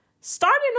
Starting